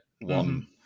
One